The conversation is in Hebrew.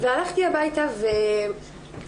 והלכתי הביתה וזהו.